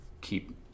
keep